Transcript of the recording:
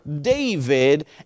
David